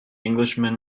englishman